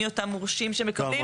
מי אותם מורשים שמקבלים,